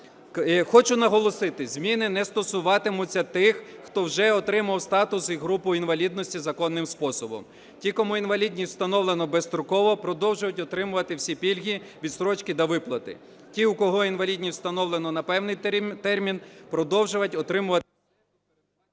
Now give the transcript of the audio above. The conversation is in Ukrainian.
Хочу наголосити, зміни не стосуватимуться тих, хто вже отримав статус і групу інвалідності законним способом. Ті, кому інвалідність встановлено безстроково, продовжать отримувати всі пільги, відстрочки та виплати, ті, у кого інвалідність встановлена на певний термін, продовжать… ГОЛОВУЮЧИЙ.